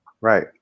right